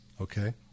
Okay